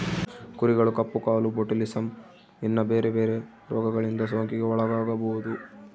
ಕುರಿಗಳು ಕಪ್ಪು ಕಾಲು, ಬೊಟುಲಿಸಮ್, ಇನ್ನ ಬೆರೆ ಬೆರೆ ರೋಗಗಳಿಂದ ಸೋಂಕಿಗೆ ಒಳಗಾಗಬೊದು